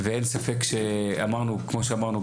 אין ספק שכמו שאמרנו,